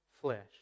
flesh